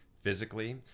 Physically